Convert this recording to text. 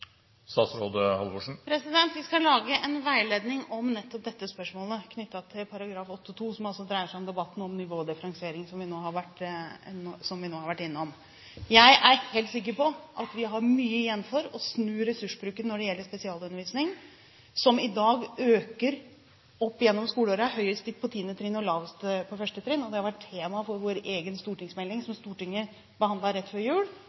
Vi skal lage en veiledning om nettopp dette spørsmålet knyttet til § 8-2, som altså dreier seg om debatten om nivådifferensiering som vi nå har vært innom. Jeg er helt sikker på at vi har mye igjen for å snu ressursbruken når det gjelder spesialundervisning, som i dag øker opp gjennom skoleårene, er høyest på 10. trinn og lavest på 1. trinn. Det har vært tema for den stortingsmeldingen som Stortinget behandlet rett før jul,